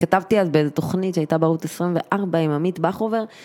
כתבתי אז באיזה תוכנית שהייתה בערוץ 24 עם עמית בחובר.